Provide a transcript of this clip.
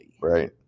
Right